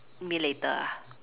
mean later ah